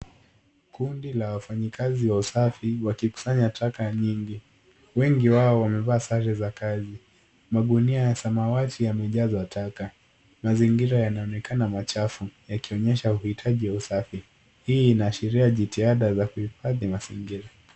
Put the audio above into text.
Kunda la wafanyi kazi wa usafi wakikusanya taka nyingi. Wengi wao wamevaa sare za kazi. Magunia ya samawati yamejaswa taka. Mazingira yanaonekana machafu yakionyesha huitaji wa usafi. Hii inaashiria jitihada za kuhifadi mazingira.